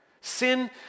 Sin